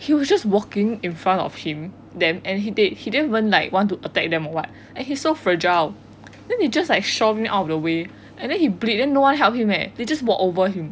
he was just walking in front of him then he he didn't even want to like attack them or what and he's so fragile then he just like shove him out of the way and then he bleed then no one help him eh they just walk over him